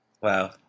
Wow